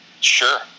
Sure